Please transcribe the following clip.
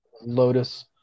Lotus